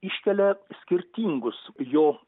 iškelia skirtingus jo